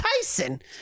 Tyson